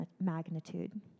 magnitude